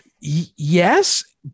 yes